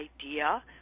idea